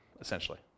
essentially